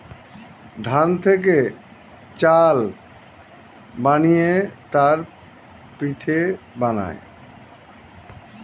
ধান থেকে চাল বানিয়ে তার পিঠে বানায়